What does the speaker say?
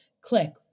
click